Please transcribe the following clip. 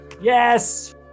Yes